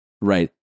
right